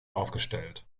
aufgestellt